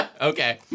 okay